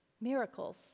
miracles